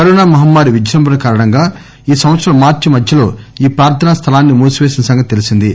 corona మహమ్మారి విజృంభణ కారణంగా ఈ సంవత్సరం మార్చి మధ్యలో ఈ ప్రార్థనా స్థలాన్ని మూసివేసిన సంగతి తెలిసిందే